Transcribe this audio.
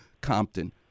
Compton